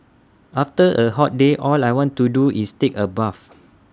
after A hot day all I want to do is take A bath